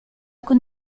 con